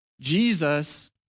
Jesus